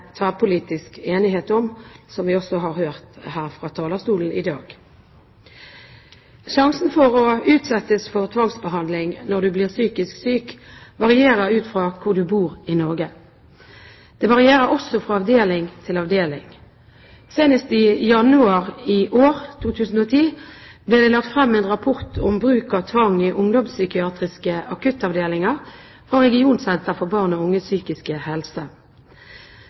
enighet om, som vi også har hørt her fra talerstolen i dag. Risikoen for å utsettes for tvangsbehandling når du blir psykisk syk, varierer ut fra hvor du bor i Norge. Det varierer også fra avdeling til avdeling. Senest i januar i år ble det lagt frem en rapport om bruk av tvang i ungdomspsykiatriske akuttavdelinger fra Regionsenter for barn og unges psykiske helse.